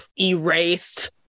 erased